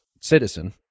citizen